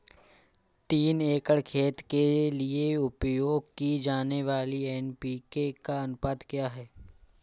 तीन एकड़ खेत के लिए उपयोग की जाने वाली एन.पी.के का अनुपात क्या है?